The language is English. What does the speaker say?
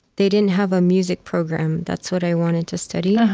they didn't have a music program. that's what i wanted to study.